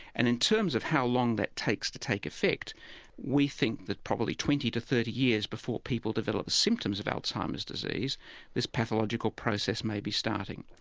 and in terms of how long that takes to take effect we think that probably twenty to thirty years before people develop symptoms of alzheimer's disease this pathological process may be starting.